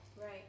Right